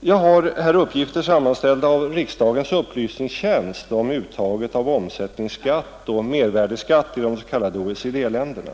Jag har här uppgifter som sammanställts av riksdagens upplysningstjänst om uttaget av omsättningsskatt och mervärdeskatt i de s.k. OECD-länderna.